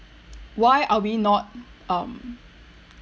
why are we not um